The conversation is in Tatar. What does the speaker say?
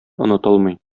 онытылмый